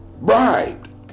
bribed